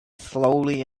slowly